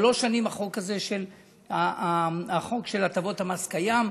שלוש שנים החוק של הטבות המס קיים,